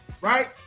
right